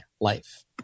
life